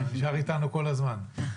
אתה נשאר איתנו כל הזמן.